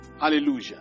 Hallelujah